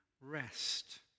rest